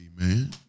Amen